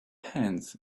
hands